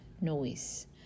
noise